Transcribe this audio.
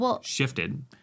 shifted